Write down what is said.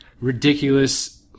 Ridiculous